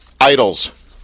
Idols